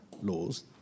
laws